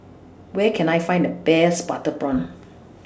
Where Can I Find The Best Butter Prawn